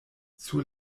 sur